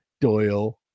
Doyle